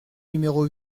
numéro